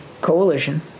coalition